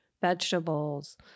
vegetables